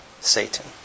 Satan